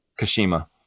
Kashima